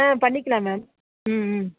ஆ பண்ணிக்கலாம் மேம் ம் ம்